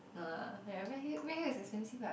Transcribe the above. no lah (aiya) redhill Redhill is expensive what